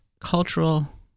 cultural